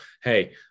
Hey